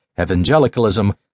evangelicalism